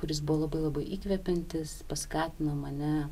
kuris buvo labai labai įkvepiantis paskatino mane